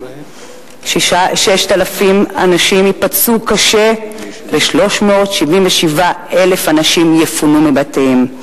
6,000 אנשים ייפצעו קשה ו-377,000 אנשים יפונו מבתיהם.